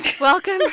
Welcome